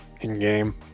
in-game